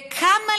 כמה,